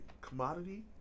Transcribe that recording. Commodity